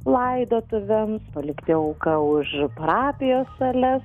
laidotuvėms palikti auką už parapijos sales